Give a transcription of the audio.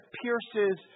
pierces